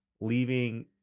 leaving